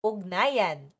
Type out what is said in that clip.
Ugnayan